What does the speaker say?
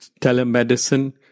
telemedicine